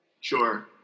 Sure